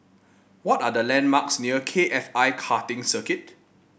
what are the landmarks near K F I Karting Circuit